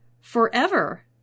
forever